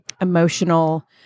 emotional